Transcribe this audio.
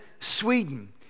Sweden